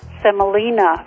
semolina